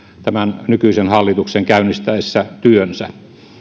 tämän nykyisen hallituksen käynnistäessä työnsä